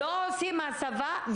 לא עושים הסבה?